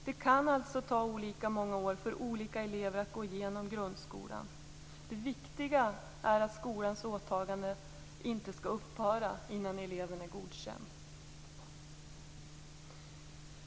Det kan alltså ta olika många år för olika elever att gå igenom grundskolan. Det viktiga är att skolans åtagande inte skall upphöra innan eleven är godkänd.